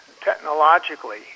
technologically